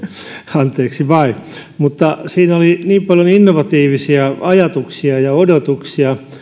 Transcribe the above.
anteeksi vain siinä oli niin paljon innovatiivisia ajatuksia ja odotuksia